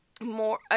more